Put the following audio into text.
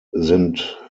sind